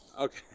Okay